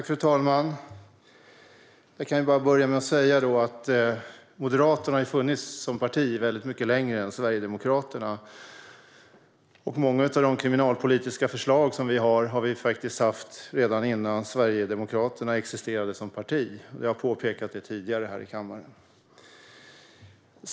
Fru talman! Moderaterna har funnits som parti mycket längre än Sverigedemokraterna, och många av våra kriminalpolitiska förslag hade vi redan innan Sverigedemokraterna existerade som parti. Jag har påpekat detta tidigare i kammaren.